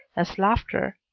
as laughter.